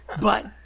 But-